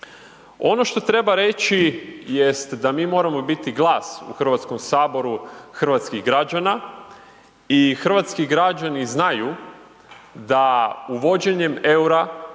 Ono što treba reći da mi moramo biti glas u Hrvatskom saboru hrvatskih građana i hrvatski građani znaju da uvođenjem EUR-a